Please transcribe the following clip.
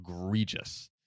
egregious